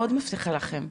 מאוד מבטיחה לכם,